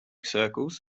circles